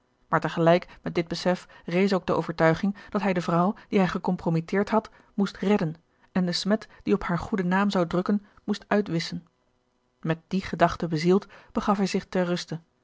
maar te gelijk met dit besef rees ook de overtuiging dat hij de vrouw die hij gecompromitteerd had gerard keller het testament van mevrouw de tonnette moest redden en de smet die op haar goeden naam zou drukken moest uitwisschen met die gedachte bezield begaf hij zich ter ruste